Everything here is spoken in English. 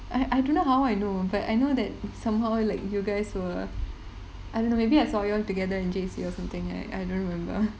I I don't know how I know but I know that somehow like you guys were I don't know maybe I saw you all together in J_C or something I I don't remember